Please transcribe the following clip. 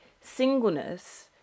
singleness